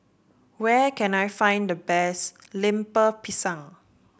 where can I find the best Lemper Pisang